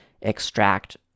extract